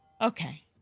Okay